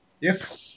Yes